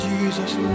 Jesus